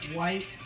White